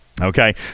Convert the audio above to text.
Okay